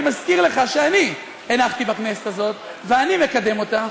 אני מזכיר לך שאני הנחתי בכנסת הזאת ואני מקדם אותה,